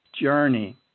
journey